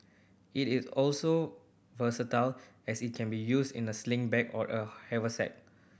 it is also versatile as it can be used in a sling bag or a haversack